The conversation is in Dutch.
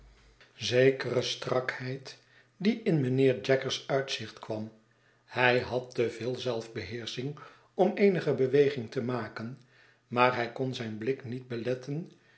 zekere strakheid die in mynheer jaggers uitzicht kwam hij had te veel zelfbeheersching om eenige beweging te maken maar hij kon zijn blik niet beletten